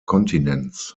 kontinents